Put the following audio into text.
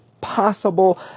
possible